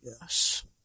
Yes